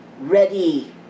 ready